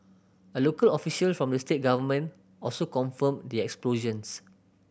a local official from the state government also confirmed the explosions